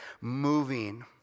moving